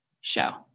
show